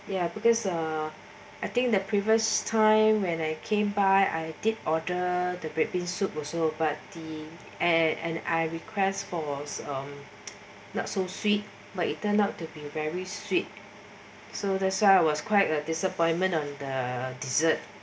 ya because uh I think the previous time when I came by I did order the red bean soup also but the uh and I request for was not so sweet but it turned out to be very sweet so this I was quite a disappointment on the dessert